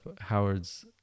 Howard's